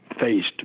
faced